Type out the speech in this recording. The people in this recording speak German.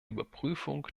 überprüfung